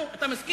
נו, אתה מסכים?